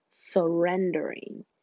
surrendering